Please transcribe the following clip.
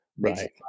Right